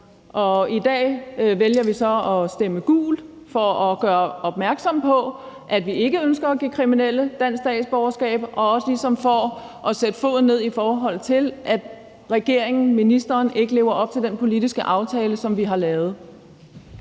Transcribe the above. I dag vælger vi så at stemme gult for at gøre opmærksom på, at vi ikke ønsker at give kriminelle dansk statsborgerskab, og ligesom også for at sætte foden ned, i forhold til at regeringen, ministeren, ikke lever op til den politiske aftale, som vi har lavet.